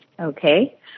Okay